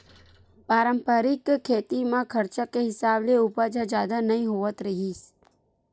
पारंपरिक खेती म खरचा के हिसाब ले उपज ह जादा नइ होवत रिहिस